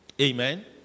Amen